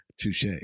Touche